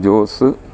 Jose